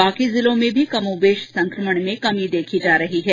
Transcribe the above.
बाकी जिलों में भी कमोबेश संकमण में कमी देखी जा रही है